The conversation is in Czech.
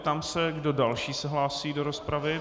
Ptám se, kdo další se hlásí do rozpravy.